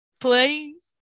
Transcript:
Please